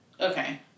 Okay